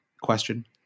question